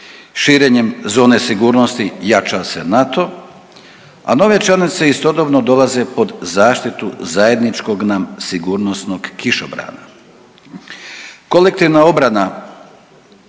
Širenjem zone sigurnosti jača se NATO, a nove članice istodobno dolaze pod zaštitu zajedničkog nam sigurnosnog kišobrana.